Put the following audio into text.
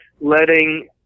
letting